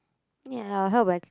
ya I will help by